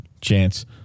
chance